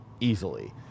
easily